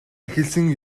эхэлсэн